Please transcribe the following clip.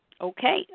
Okay